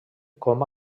com